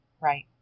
right